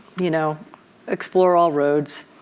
you know explore all roads.